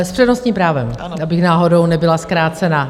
S přednostním právem, abych náhodou nebyla zkrácena.